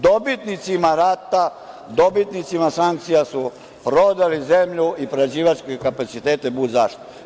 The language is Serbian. Dobitnicima rata, dobitnicima sankcija su prodali zemlju i prerađivačke kapaciteta bud zašto.